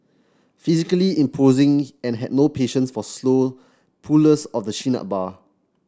physically imposing and had no patience for slow pullers of the chin up bar